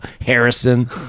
Harrison